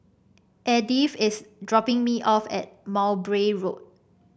Edyth is dropping me off at Mowbray Road